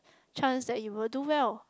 chance that you will do well